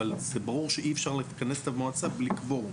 אבל זה ברור שאי אפשר לכנס את המועצה בלי קוורום,